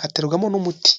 haterwamo n'umuti.